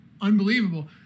unbelievable